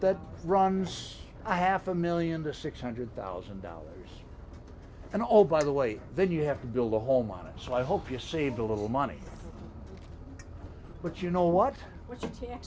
that runs i half a million to six hundred thousand dollars and all by the way then you have to build a home on it so i hope you saved a little money but you know what it's